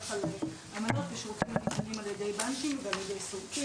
על עמלות ושירותים יזומים על ידי בנקים ועל ידי סולקים.